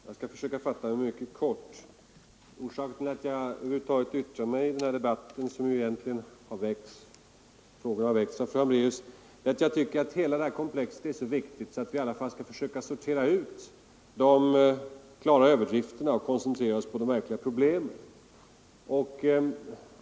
Herr talman! Jag skall försöka fatta mig mycket kort. Orsaken till att jag över huvud taget yttrar mig i den här debatten, som ju väckts genom fru Hambraeus” interpellation, är att jag tycker att hela det här komplexet är så viktigt att vi i alla fall skall försöka sortera ut de klara överdrifterna och koncentrera oss på de verkliga problemen.